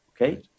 Okay